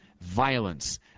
violence